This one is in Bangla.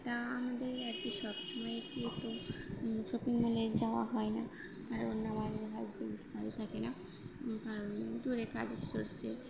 তা আমাদের আর কি সবসময় কি তো শপিং মলে যাওয়া হয় না কারণ আমার হাজব্যান্ড বাড়ি থাকে না কারণ দূরে কাজের সোর্সে